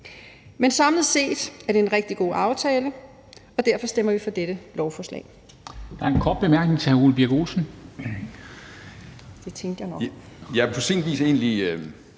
Men samlet set er det en rigtig god aftale, og derfor stemmer vi for dette lovforslag.